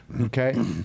okay